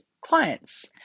clients